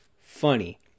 Funny